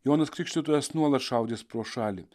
jonas krikštytojas nuolat šaudys pro šalį